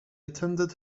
attended